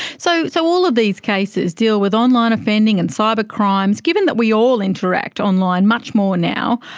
so so all of these cases deal with online offending and cybercrimes. given that we all interact online much more now,